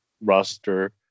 roster